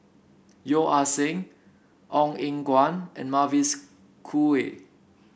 Yeo Ah Seng Ong Eng Guan and Mavis Khoo Oei